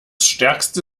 stärkste